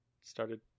started